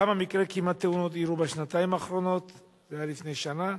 3. כמה מקרי כמעט-תאונות אירעו בשנתיים האחרונות וזה היה לפני שנה?